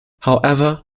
however